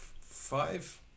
five